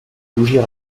bougies